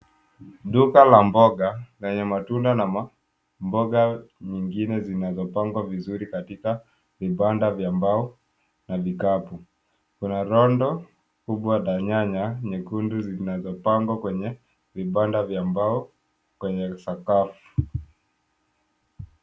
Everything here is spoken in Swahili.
Duka la mboga lenye matunda na mboga nyingine zinazopangwa vizuri katika vibanda vya mbao na vikapu. Kuna rundo kubwa la nyanya nyekundu zinazopangwa kwenye vibanda vya mbao kwenye sakafu.